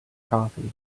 coffee